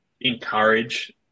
encourage